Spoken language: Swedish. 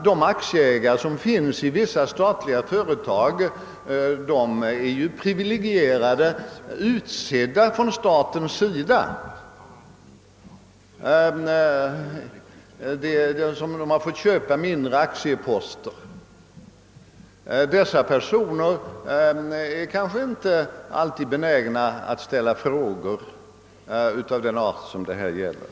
De som fått köpa mindre aktieposter i vissa statliga företag är dessutom privilegierade personer, utsedda från statligt håll. Dessa personer är kanske inte alltid benägna att ställa frågor av den art som det här gäller.